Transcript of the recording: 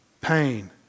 pain